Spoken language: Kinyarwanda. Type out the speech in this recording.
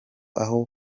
aho